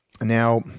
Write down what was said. Now